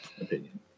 opinion